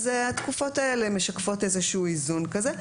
אז התקופות האלה משקפות איזשהו איזון כזה.